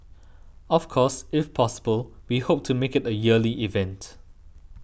of course if possible we hope to make it a yearly event